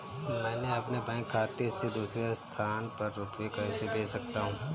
मैं अपने बैंक खाते से दूसरे स्थान पर रुपए कैसे भेज सकता हूँ?